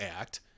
Act